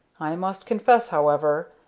i must confess, however,